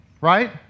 Right